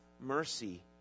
mercy